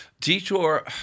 detour